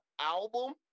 album